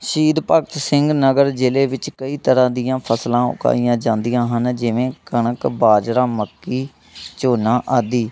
ਸ਼ਹੀਦ ਭਗਤ ਸਿੰਘ ਨਗਰ ਜਿਲ੍ਹੇ ਵਿੱਚ ਕਈ ਤਰ੍ਹਾਂ ਦੀਆਂ ਫਸਲਾਂ ਉਗਾਈਆਂ ਜਾਂਦੀਆਂ ਹਨ ਜਿਵੇਂ ਕਣਕ ਬਾਜਰਾ ਮੱਕੀ ਝੋਨਾ ਆਦਿ